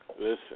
listen